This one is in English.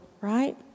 right